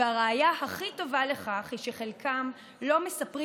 והראיה הכי טובה לכך היא שחלקם לא מספרים